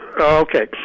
Okay